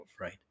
right